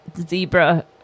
zebra